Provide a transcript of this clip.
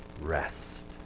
rest